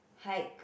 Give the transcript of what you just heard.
hike